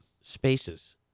Spaces